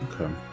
Okay